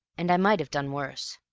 and i might have done worse.